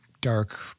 dark